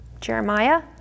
Jeremiah